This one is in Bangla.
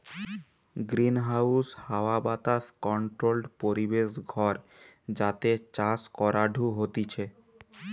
গ্রিনহাউস হাওয়া বাতাস কন্ট্রোল্ড পরিবেশ ঘর যাতে চাষ করাঢু হতিছে